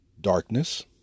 darkness